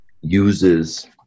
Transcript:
uses